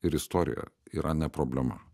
ir istorija yra ne problema